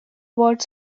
about